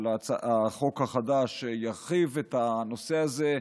אבל החוק החדש ירחיב את הנושא הזה.